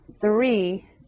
three